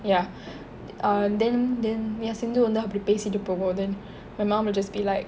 ya err then then ya Sindhu வந்து அப்படி பேசிட்டு போகும்:sindhu vanthu appadi pesittu pogum then my mum will just be like